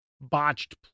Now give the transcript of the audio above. botched